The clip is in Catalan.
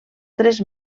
tres